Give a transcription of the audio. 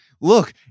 look